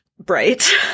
bright